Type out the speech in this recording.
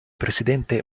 presidente